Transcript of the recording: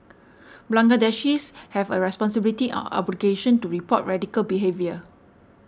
Bangladeshis have a responsibility obligation to report radical behaviour